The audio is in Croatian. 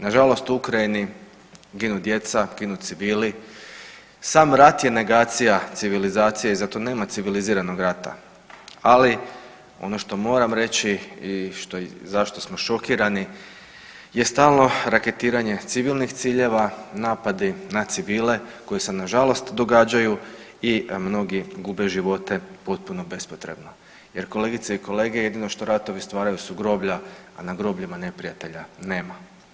Nažalost u Ukrajini ginu djeca, ginu civili, sam rat je negacija civilizacije i zato nema civiliziranog rata, ali ono što moram reći i zašto smo šokirani je stalno raketiranje civilnih ciljeva, napadi na civile koji se nažalost događaju i mnogi gube živote potpuno bespotrebno jer kolegice i kolege jedino što ratovi stvaraju su groblja, a na grobljima neprijatelja nema.